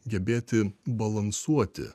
gebėti balansuoti